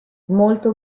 molto